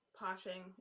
Poshing